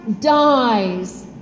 dies